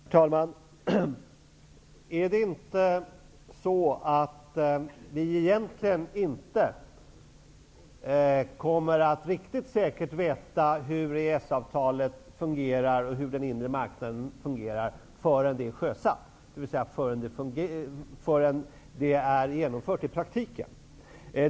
Herr talman! Är det inte så att vi egentligen inte riktigt säkert kommer att veta hur EES-avtalet och den inre marknaden fungerar förrän det hela är sjösatt, dvs. förrän det är genomfört i praktiken?